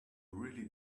really